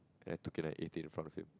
and I took it and eat it in front of him